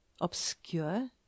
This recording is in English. Obscure